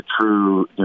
true